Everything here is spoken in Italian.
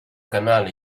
canale